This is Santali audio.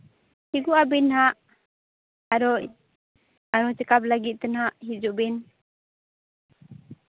ᱴᱷᱤᱠᱚᱜ ᱟᱵᱤᱱ ᱦᱟᱸᱜ ᱟᱨᱚ ᱟᱨᱦᱚᱸ ᱪᱮᱠᱟᱯ ᱞᱟᱹᱜᱤᱫ ᱛᱮ ᱱᱟᱦᱟᱸᱜ ᱦᱤᱡᱩᱜ ᱵᱤᱱ